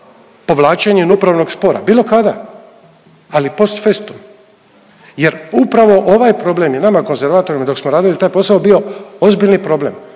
povlačenjem upravnog spora bilo kada, ali post festum jer upravo ovaj problem je nama konzervatorima dok smo radili taj posao bio ozbiljni problem.